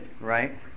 Right